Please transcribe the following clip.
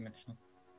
אם אפשר.